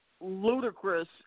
ludicrous